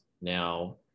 now